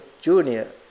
junior